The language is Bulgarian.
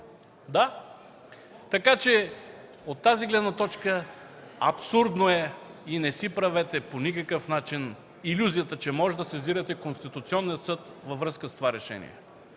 Да, така че от тази гледна точка е абсурдно и не си правете по никакъв начин илюзията, че можете да сезирате Конституционния съд във връзка с това решение.